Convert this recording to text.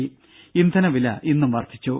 ദേദ ഇന്ധന വില ഇന്നും വർധിച്ചു